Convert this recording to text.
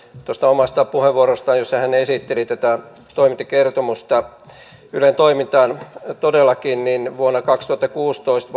omasta puheenvuorostaan jossa hän esitteli tätä toimintakertomusta todellakin vuonna kaksituhattakuusitoista